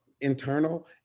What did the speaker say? internal